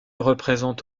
représente